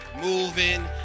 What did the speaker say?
moving